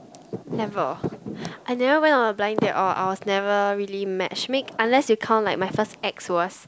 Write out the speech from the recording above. never I never went on a blind date or I was never really matchmake unless you count like my first ex was